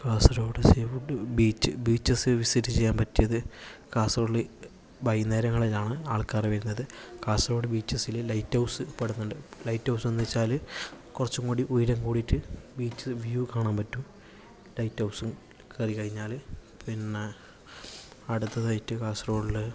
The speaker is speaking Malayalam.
Kasaragod sea food beach beaches visit ചെയ്യാൻ പറ്റിയത് കാസർഗൊഡില് വൈകുന്നേരങ്ങളിലാണ് ആൾക്കാര് വരുന്നത് കാസർഗോഡ് ബീച്ചെസ്സില് ലൈറ്റ് ഹൗസ് ഉൾപ്പെടുന്നുണ്ട് ലൈറ്റ് ഹൗസ് എന്ന് വച്ചാല് കുറച്ചും കൂടി ഉയരം കൂടിയിട്ട് ബീച്ച് വ്യൂ കാണാൻപറ്റും ലൈറ്റ് ഹൗസിൽ കയറി കഴിഞ്ഞാൽ പിന്നെ അടുത്തതായിട്ട് കാസർഗോഡ് ഉള്ള